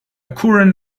current